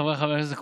חבריי חברי הכנסת,